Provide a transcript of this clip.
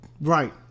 right